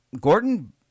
Gordon